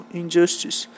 injustice